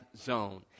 zone